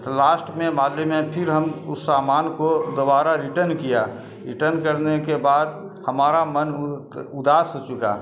last میں معادلے میں پھر ہم اس سامان کو دوبارہ ریٹرن کیا ریٹرن کرنے کے بعد ہمارا من اداس ہو چکا